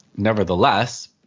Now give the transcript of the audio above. Nevertheless